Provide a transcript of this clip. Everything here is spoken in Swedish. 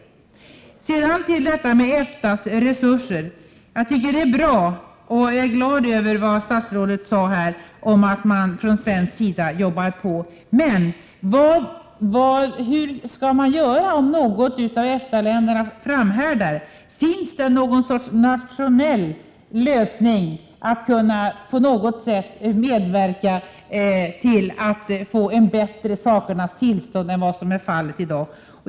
När det gäller detta med EFTA:s resurser tycker jag det är bra att statsrådet sade att man från svensk sida jobbar på, och jag är glad över detta. Men hur skall man göra om något av EFTA-länderna framhärdar? Finns det någon sorts nationell lösning, så att man kan medverka till att det blir ett bättre sakernas tillstånd?